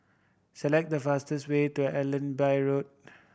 select the fastest way to Allenby Road